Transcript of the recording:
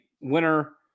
winner